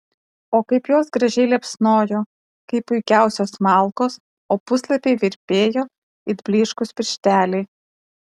o kaip jos gražiai liepsnojo kaip puikiausios malkos o puslapiai virpėjo it blyškūs piršteliai